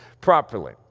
properly